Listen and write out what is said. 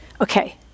okay